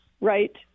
Right